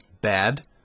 bad